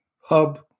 Hub